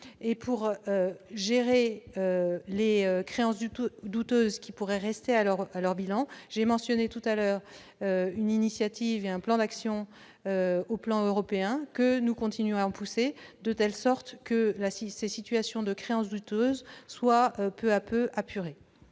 et gérer les créances douteuses qui pourraient rester à leur bilan. J'ai mentionné voilà quelques instants une initiative et un plan d'action au niveau européen, que nous continuons à pousser afin que ces situations de créances douteuses soient peu à peu apurées.